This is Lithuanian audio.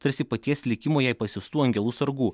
tarsi paties likimo jai pasiųstų angelų sargų